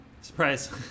Surprise